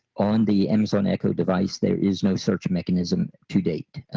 on the amazon echo device there is no search mechanism to date.